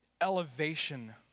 elevation